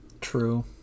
True